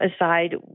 aside